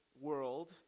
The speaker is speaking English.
world